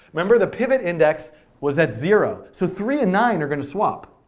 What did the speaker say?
remember the pivot index was at zero, so three and nine are going to swap.